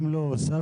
אם לא הוספתם,